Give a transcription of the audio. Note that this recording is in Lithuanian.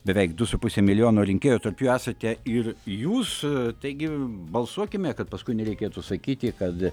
beveik du su puse milijono rinkėjų tarp jų esate ir jūs taigi balsuokime kad paskui nereikėtų sakyti kad